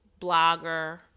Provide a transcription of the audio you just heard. blogger